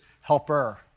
helper